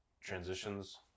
transitions